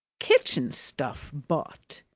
kitchen-stuff bought.